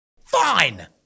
Fine